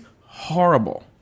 horrible